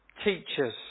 teachers